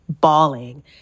bawling